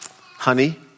Honey